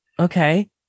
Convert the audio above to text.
Okay